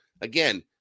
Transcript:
again